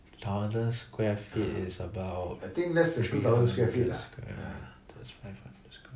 thousand square feet is about three hundred square